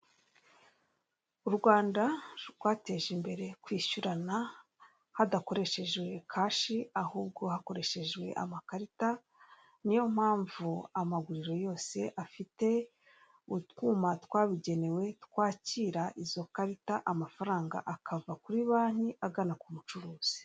U Rwanda rwateje imbere kwishyurana hadakoreshejwe kashi ahubwo hakoreshejwe amakarita niyo mpamvu amaguriro yose afite utwuma twabugenewe twakira izo karita amafaranga akava kuri banki agana k'umucuruzi.